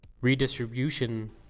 redistribution